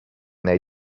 they